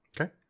Okay